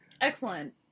excellent